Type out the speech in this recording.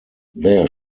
there